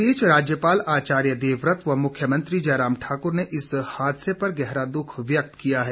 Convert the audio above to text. इस बीच राज्यपाल आचार्य देवव्रत व मुख्यमंत्री जयराम ठाक्र ने इस हादसे पर गहरा द्ख व्यक्त किया है